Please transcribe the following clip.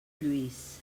lluís